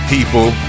people